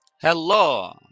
Hello